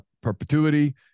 perpetuity